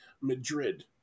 Madrid